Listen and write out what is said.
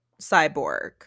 cyborg